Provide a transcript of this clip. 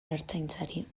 ertzaintzari